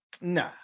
nah